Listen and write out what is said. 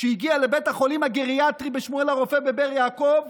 שהגיע לבית החולים הגריאטרי בשמואל הרופא בבאר יעקב